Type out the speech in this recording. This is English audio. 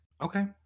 Okay